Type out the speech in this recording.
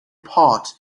part